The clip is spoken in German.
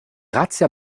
razzia